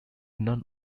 non